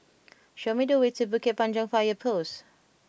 show me the way to Bukit Panjang Fire Post